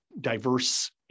diverse